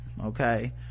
okay